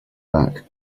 back